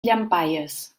llampaies